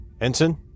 Ensign